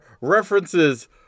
references